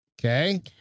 Okay